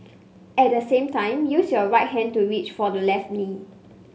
at the same time use your right hand to reach for the left knee